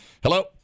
Hello